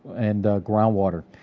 and groundwater,